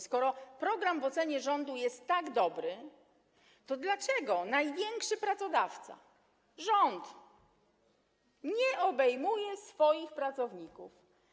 Skoro program w ocenie rządu jest tak dobry, to dlaczego największy pracodawca, rząd, nie obejmuje nim swoich pracowników?